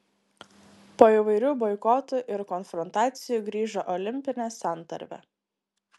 po įvairių boikotų ir konfrontacijų grįžo olimpinė santarvė